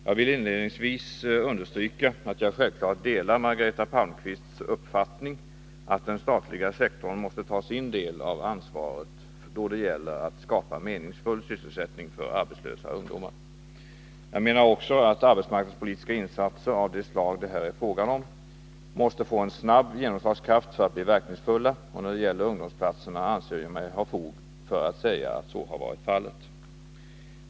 Jag vill inledningsvis understryka att jag självfallet delar Margareta Palmqvists uppfattning att den statliga sektorn måste ta sin del av ansvaret då det gäller att skapa meningsfull sysselsättning för arbetslösa ungdomar. Jag menar också att arbetsmarknadspolitiska insatser av det slag det här är fråga om måste få en snabb genomslagskraft för att bli verkningsfulla. När det gäller ungdomsplatserna anser jag mig ha fog för att säga att så har varit fallet.